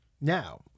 Now